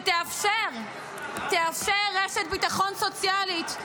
שיאפשרו רשת ביטחון סוציאלית.